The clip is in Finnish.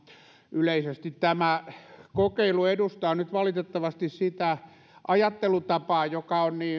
yleisesti tämä kokeilu edustaa nyt valitettavasti sitä ajattelutapaa joka on